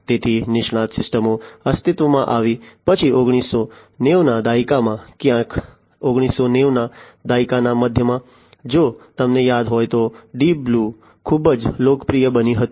તેથી નિષ્ણાત સિસ્ટમો અસ્તિત્વમાં આવી પછી 1990 ના દાયકામાં ક્યાંક 1990 ના દાયકાના મધ્યમાં જો તમને યાદ હોય તો ડીપ બ્લુ ખૂબ જ લોકપ્રિય બની હતી